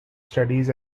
studies